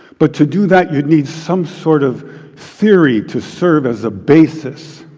but to do that you'd need some sort of theory to serve as a basis.